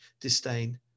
disdain